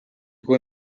kui